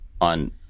on